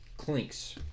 Clinks